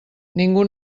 ningú